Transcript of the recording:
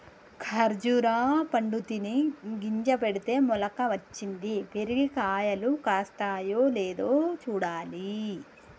ఖర్జురా పండు తిని గింజ పెడితే మొలక వచ్చింది, పెరిగి కాయలు కాస్తాయో లేదో చూడాలి